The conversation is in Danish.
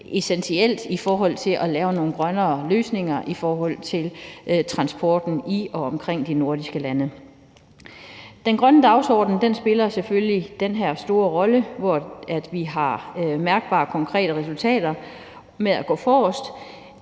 essentielt i forhold til at lave nogle grønnere løsninger for transporten i og omkring de nordiske lande. Den grønne dagsorden spiller selvfølgelig en stor rolle, idet vi går forrest med at vise